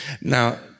Now